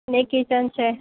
ને કિચન છે